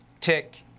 tick